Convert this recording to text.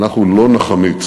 אנחנו לא נחמיץ